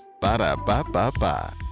Ba-da-ba-ba-ba